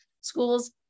schools